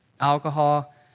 Alcohol